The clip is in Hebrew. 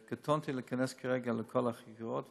קטונתי מלהיכנס כרגע לכל החקירות,